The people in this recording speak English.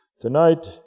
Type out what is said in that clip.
Tonight